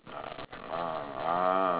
ah ah ah